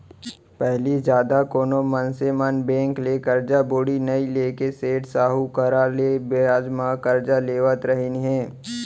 पहिली जादा कोनो मनसे मन बेंक ले करजा बोड़ी नइ लेके सेठ साहूकार करा ले बियाज म करजा लेवत रहिन हें